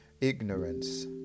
Ignorance